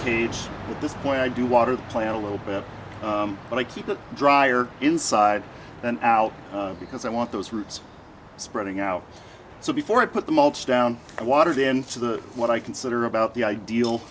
cage at this point i do water the plant a little bit but i keep the drier inside and out because i want those roots spreading out so before i put the mulch down i watered into the what i consider about the ideal